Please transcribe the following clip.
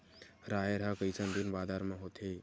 राहेर ह कइसन दिन बादर म होथे?